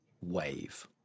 wave